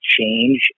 change